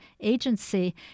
agency